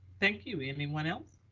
thank you. anyone else?